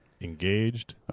engaged